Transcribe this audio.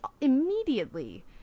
immediately